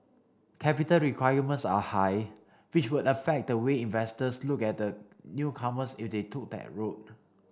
capital requirements are high which would affect the way investors looked at the newcomers if they took that route